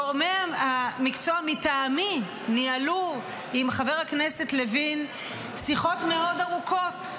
גורמי המקצוע מטעמי ניהלו עם חבר הכנסת לוין שיחות מאוד ארוכות,